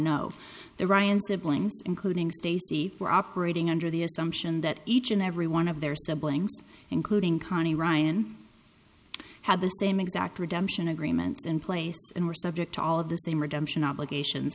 know the ryan siblings including stacy we're operating under the assumption that each and every one of their siblings including conny ryan had the same exact redemption agreement in place and were subject to all of the same redemption obligations